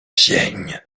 sień